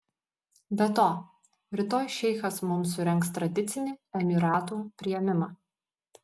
be to rytoj šeichas mums surengs tradicinį emyratų priėmimą